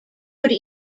could